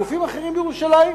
גופים אחרים בירושלים,